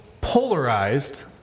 polarized